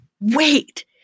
wait